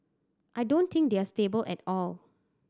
I don't think they are stable at all